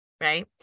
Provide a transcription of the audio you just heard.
right